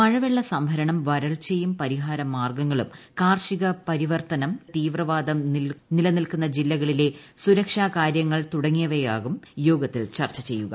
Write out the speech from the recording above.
മഴവെള്ള സംഭരണം വരൾച്ചയും പരിഹാര മാർഗ്ഗങ്ങളും കാർഷിക പരിവർത്തനം തീവ്രവാദം നിലനിൽക്കുന്ന ജില്ലകളിലെ സുരക്ഷാ കാരൃങ്ങൾ തുടങ്ങിയവയാകും യോഗത്തിൽ ചർച്ച ചെയ്യുക